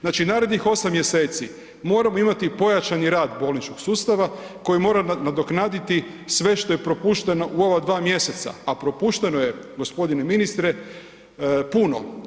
Znači narednih 8 mj. moramo imati pojačani rad bolničkog sustava koji mora nadoknaditi sve što je propušteno u ova 2 mj. a propušteno je g. ministre, puno.